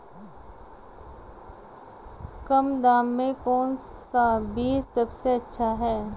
कम दाम में कौन सा बीज सबसे अच्छा है?